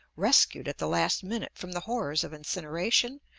rescued at the last minute from the horrors of incineration,